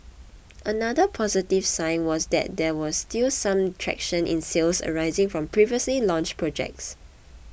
another positive sign was that there was still some traction in sales arising from previously launched projects